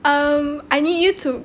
um I need you to